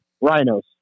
rhinos